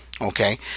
okay